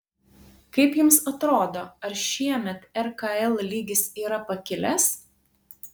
kaip jums atrodo ar šiemet rkl lygis yra pakilęs